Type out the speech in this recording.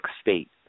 state